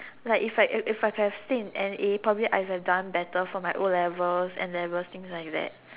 like if I if I could have stay in N_A probably I would have done better for my O-level and N-levels things like that